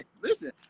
listen